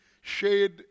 shade